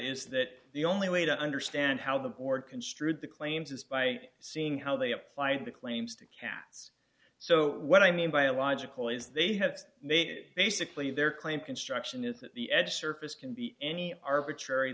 is that the only way to understand how the board construed the claims is by seeing how they applied the claims to cats so what i mean by a logical is they have made it basically their claim construction is at the edge surface can be any arbitrary